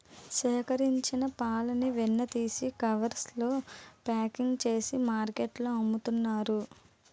సేకరించిన పాలని వెన్న తీసి కవర్స్ లో ప్యాకింగ్ చేసి మార్కెట్లో అమ్ముతున్నారు